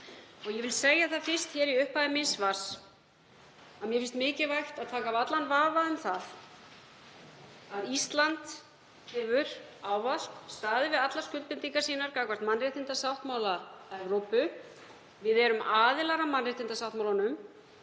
Ég vil segja það í upphafi svars míns að mér finnst mikilvægt að taka af allan vafa um það að Ísland hefur ávallt staðið við allar skuldbindingar sínar gagnvart mannréttindasáttmála Evrópu. Við erum aðilar að mannréttindasáttmálanum